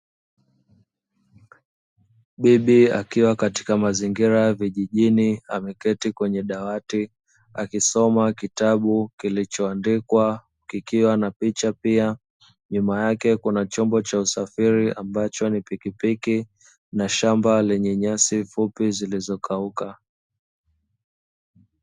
Bibi akiwa katika mazingira ya vijijini ameketi kwenye dawati akisoma kitabu kilichoandikwa kikiwa na picha, pia nyuma yake kuna chombo cha usafiri ambacho ni usafiri ambacho ni pikipiki na shamba lenye nyasi fupi zilizokauka.